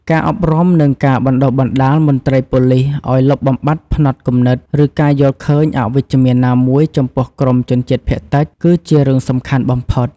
ការអប់រំ និងការបណ្តុះបណ្តាលមន្ត្រីប៉ូលិសឱ្យលុបបំបាត់ផ្នត់គំនិត ឬការយល់ឃើញអវិជ្ជមានណាមួយចំពោះក្រុមជនជាតិភាគតិច គឺជារឿងសំខាន់បំផុត។